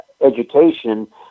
education